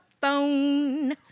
phone